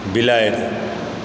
बिलाड़ि